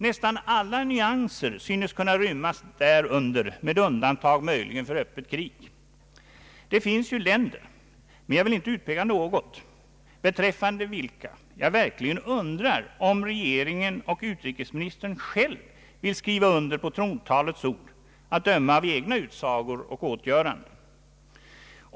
Nästan alla nyanser synes kunna rymmas därunder, med undantag möjligen för öppet krig! Det finns ju länder, men jag vill inte utpeka några, beträffande vilka jag verkligen undrar om regeringen och utrikesministern själv vill skriva under på trontalets ord, att döma av egna utsagor och åtgöranden.